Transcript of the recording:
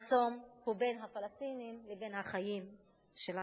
המחסום הוא בין הפלסטינים לבין החיים שלהם.